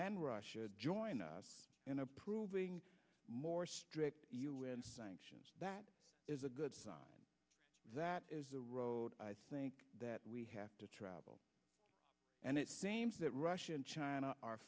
and russia join us in approving more strict u n sanctions that is a good sign that the road i think that we have to travel and it seems that russia and china are